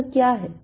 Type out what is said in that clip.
यह क्या है